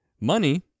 Money